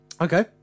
Okay